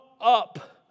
up